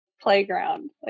playground